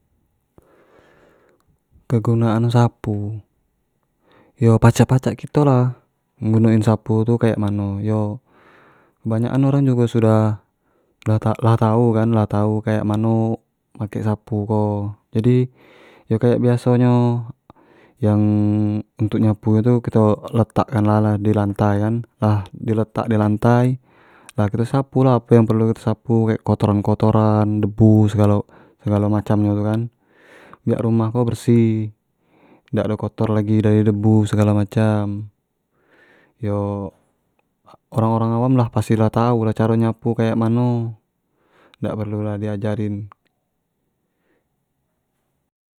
kegunaan sapu, yo pacak pacak kito lah guno in sapu tu kayak mano, yo kebanyak an orang jugo sudah lah lah tau kan, lah tau kek mano caro makek sapu tu, yo kek biaso nyo yang untuk nyapu tu letak kan lah di lantai kan, lah di letak di lantai lah kito sapu lah apo yang perlu kito sapu, kayak kotoran kotoran, debu segalo segalo macam nyo itu kan biak rumah ko bersih dak ado kotor lagi dari debu segalo macam, orang orang awam lah pasti lah tau caro nyapu kayak mano, dak perlu lah di ajarin.